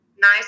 nice